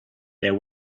there